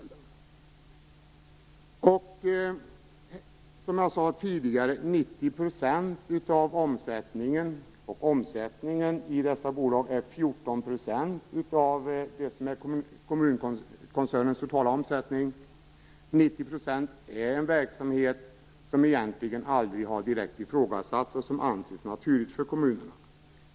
Dessa bolag svarar för 14 % av kommunkoncernens totala omsättning. 90 % utgörs av en verksamhet som egentligen aldrig har direkt ifrågasatts och som anses naturlig för kommunerna.